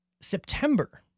September